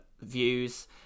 views